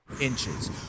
inches